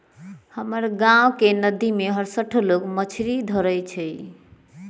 हमर गांव के नद्दी में हरसठ्ठो लोग मछरी धरे जाइ छइ